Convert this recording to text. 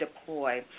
deploy